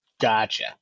Gotcha